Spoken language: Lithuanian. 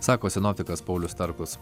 sako sinoptikas paulius starkus